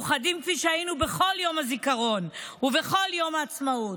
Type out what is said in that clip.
מאוחדים כפי שהיינו בכל יום זיכרון ובכל יום עצמאות.